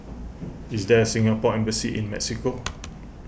is there a Singapore Embassy in Mexico